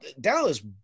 Dallas